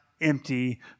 empty